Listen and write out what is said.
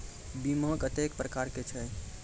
बीमा कत्तेक प्रकारक छै?